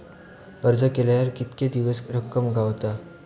अर्ज केल्यार कीतके दिवसात रक्कम गावता?